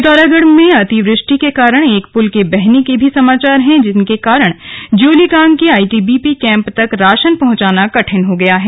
पिथौरागढ़ में अतिवृष्टि के कारण एक पुल के बहने के भी समाचार हैं जिसके कारण ज्योलीकांग के आईटीबीपी कैम्प तक राशन पहंचाना कठिन हो गया है